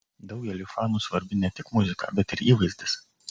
daugeliui fanų svarbi ne tik muzika bet ir įvaizdis